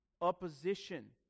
opposition